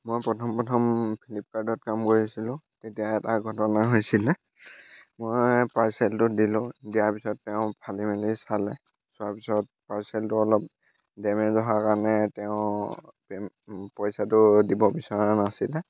মই প্ৰথম প্ৰথম ফ্লিপকাৰ্টত কাম কৰিছিলোঁ তেতিয়া এটা ঘটনা হৈছিলে মই পাৰ্চেলটো দিলোঁ দিয়াৰ পিছত তেওঁ ফালি মেলি চালে চোৱাৰ পিছত পাৰ্চেলটো অলপ ডেমেজ অহাৰ কাৰণে তেওঁ পইচাটো দিব বিচৰা নাছিলে